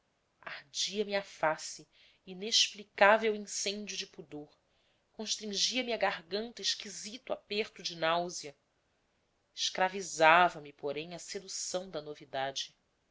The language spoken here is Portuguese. ardia me à face inexplicável incêndio de pudor constrangia me a garganta esquisito aperto de náusea escravizava me porém a sedução da novidade